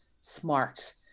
smart